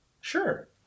Sure